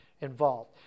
Involved